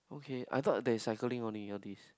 okay I thought there's cycling only all these